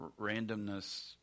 randomness